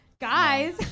guys